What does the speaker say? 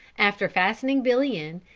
after fastening billy in,